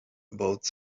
about